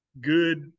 good